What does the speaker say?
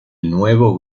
nuevo